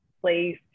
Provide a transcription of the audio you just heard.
place